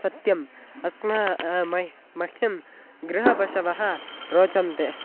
सत्यम् अस्माकं मह्यं गृहपशवः रोचन्ते